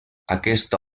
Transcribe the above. aquesta